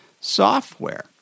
software